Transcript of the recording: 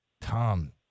Tom